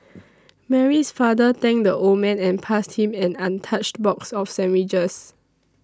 Mary's father thanked the old man and passed him an untouched box of sandwiches